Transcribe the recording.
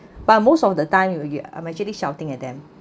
but most of the time y~ y~ I'm actually shouting at them